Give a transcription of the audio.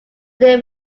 they